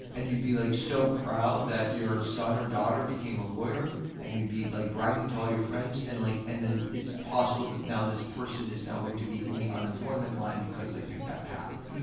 and you'd be like so proud that your son or daughter became a lawyer and you'd be like bragging to all your friends, and like and then it's possible that now this person is now going to be in the unemployment line, because they picked that path.